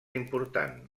important